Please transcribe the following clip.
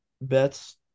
bets